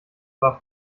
war